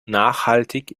nachhaltig